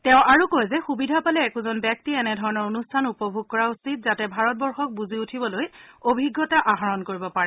তেওঁ আৰু কয় যে সুবিধা পালে একোজন ব্যক্তিয়ে এনেধৰণৰ অনুষ্ঠান উপভোগ কৰা উচিত যাতে ভাৰতবৰ্ষক বুজি উঠিবলৈ অভিজ্ঞতা আহৰণ কৰিব পাৰে